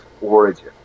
origin